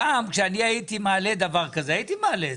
פעם כשאני הייתי מעלה דבר כזה, הייתי מעלה.